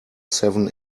seven